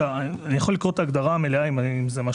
אני יכול לקרוא את ההגדרה המלאה, אם זה מה